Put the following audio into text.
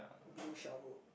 blue shovel